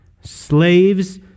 slaves